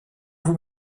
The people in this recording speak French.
vous